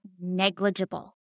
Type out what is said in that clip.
negligible